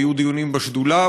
היו דיונים בשדולה.